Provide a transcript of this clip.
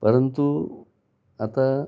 परंतु आता